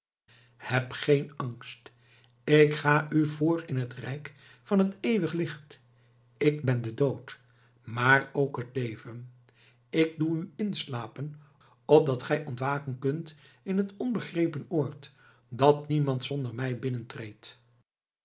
heb geen angst ik ga u voor in t rijk van t eeuwig licht ik ben de dood maar ook het leven k doe u inslapen opdat gij ontwaken kunt in het onbegrepen oord dat niemand zonder mij binnentreedt